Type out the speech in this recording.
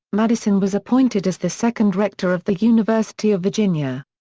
madison was appointed as the second rector of the university of virginia.